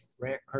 Grant